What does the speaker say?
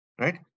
Right